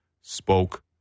spoke